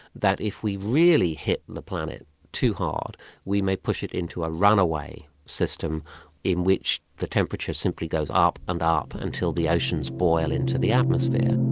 that if we really hit the planet too hard we may push it into a runaway system in which the temperature simply goes up and up until the oceans boil into the atmosphere,